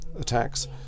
attacks